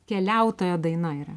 keliautojo daina yra